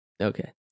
Okay